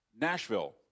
Nashville